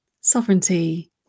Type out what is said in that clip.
Sovereignty